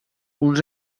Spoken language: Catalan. uns